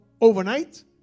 overnight